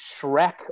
Shrek